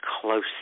close